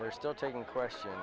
we're still taking question